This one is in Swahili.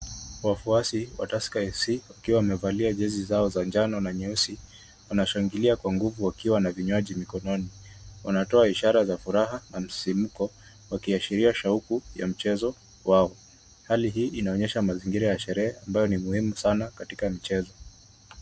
Wafuasi wa Tusker FC wakiwa wamevalia jezi zao za njano na nyeusi wanashangilia kwa nguvu wakiwa na vinywaji mikononi. Wanatoa ishara za furaha na msisimuko wakiashiria shauku ya mchezo wao. Hali hii inaonyesha mazingira ya sherehe ambayo ni muhimu sana katika michezo.